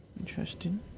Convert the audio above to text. interesting